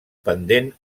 pendent